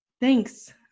Thanks